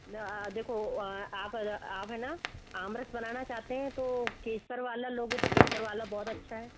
देखो आप है ना आप आम रस बनाना चाहते हैं तो केसर वाला लोगे तो केसर वाला बहुत अच्छा है